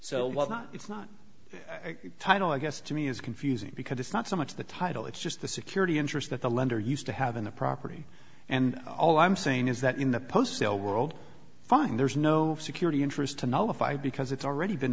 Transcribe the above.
so why not it's not a title i guess to me is confusing because it's not so much the title it's just the security interest that the lender used to have in the property and all i'm saying is that in the post sale world find there is no security interest to nullify because it's already been